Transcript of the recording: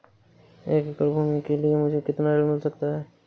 एक एकड़ भूमि के लिए मुझे कितना ऋण मिल सकता है?